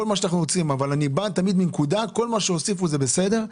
אבל אני תמיד חושב שכל מה שנוסיף מה טוב.